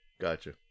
Gotcha